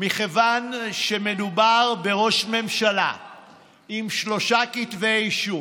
מכיוון שמדובר בראש ממשלה עם שלושה כתבי אישום,